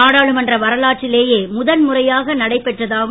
நாடாளுமன்ற வரலாற்றிலேயே முதன்முறையாக நடைபெற்றதாகும்